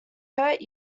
hurt